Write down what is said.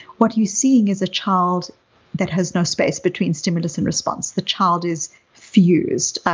what you're seeing is a child that has no space between stimulus and response? the child is fused,